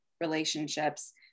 relationships